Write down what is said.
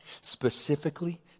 specifically